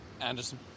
Anderson